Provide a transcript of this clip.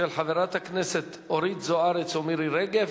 של חברות הכנסת אורית זוארץ ומירי רגב.